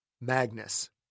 Magnus